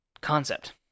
concept